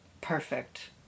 perfect